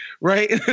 right